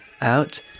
out